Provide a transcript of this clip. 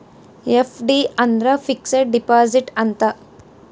FD ಅಂದ್ರ fixed deposit ಅಂತ